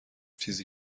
چیزی